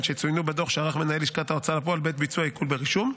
שצוינו בדו"ח שערך מנהל לשכת ההוצאה לפועל בעת ביצוע העיקול ברישום,